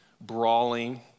brawling